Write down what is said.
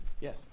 Yes